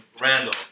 Randall